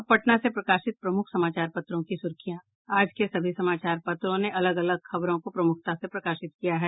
अब पटना से प्रकाशित प्रमुख समाचार पत्रों की सुर्खियां आज के सभी समाचार पत्रों ने अलग अलग खबरों को प्रमुखता से प्रकाशित किया है